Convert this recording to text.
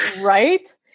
right